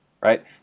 right